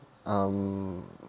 um